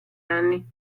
anni